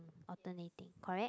alternating correct